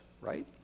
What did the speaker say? right